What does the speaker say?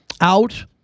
Out